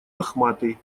лохматый